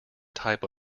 type